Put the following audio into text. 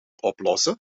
oplossen